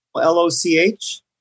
L-O-C-H